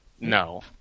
No